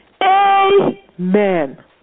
Amen